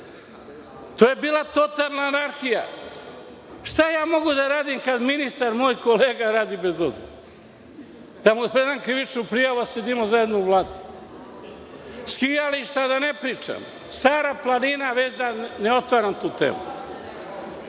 To je bila totalna anarhija. Šta ja mogu da radim kad ministar moj kolega radi bez dozvole? Da mu predam krivičnu prijavu a sedimo zajedno u Vladi? O skijalištima da ne pričam. O Staroj planini takođe, da ne otvaram tu temu. Da